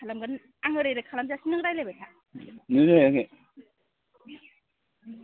खालामगोन आं ओरै ओरै खामागासिनो नों रायलायबाय था